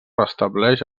restableix